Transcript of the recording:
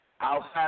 Outside